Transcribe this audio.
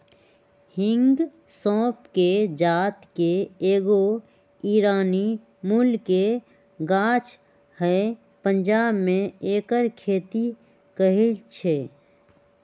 हिंग सौफ़ कें जात के एगो ईरानी मूल के गाछ हइ पंजाब में ऐकर खेती होई छै